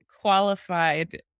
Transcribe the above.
qualified